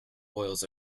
boils